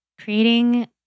creating